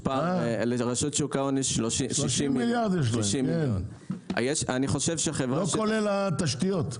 יש להם 30 מיליארד, לא כולל התשתיות.